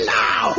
now